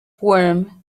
warm